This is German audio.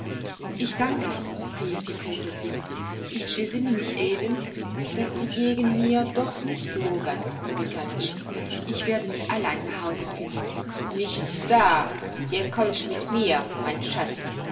ich danke rief die prinzessin ich besinne mich eben daß die gegend mir doch nicht so ganz unbekannt ist ich werde mich allein nach hause finden nichts da ihr kommt mit mir mein schatz